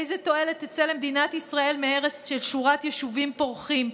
איזו תועלת תצא למדינת ישראל מהרס של שורת יישובים פורחים?